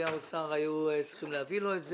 נציגי האוצר היו צריכים להביא לו את זה.